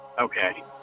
Okay